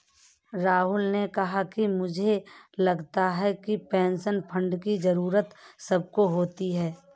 राहुल ने कहा कि मुझे लगता है कि पेंशन फण्ड की जरूरत सबको होती है